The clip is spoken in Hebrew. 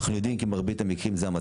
אנחנו יודעים כי במרבית זה המצב,